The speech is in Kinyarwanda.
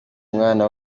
umwana